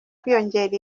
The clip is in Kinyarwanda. kwiyongera